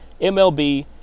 MLB